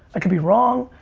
i could be wrong.